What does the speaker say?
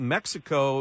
Mexico